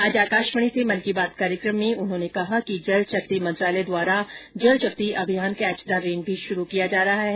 आज आकाशवाणी से मन की बात कार्यक्रम में उन्होंने कहा कि जल शक्ति मंत्रालय द्वारा Jal Shakti Abhiyan catch the rain भी शुरू किया जा रहा है